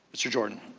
mr. jordan?